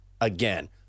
again